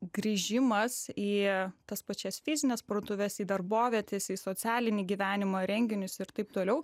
grįžimas į tas pačias fizines parduotuves į darbovietes į socialinį gyvenimą renginius ir taip toliau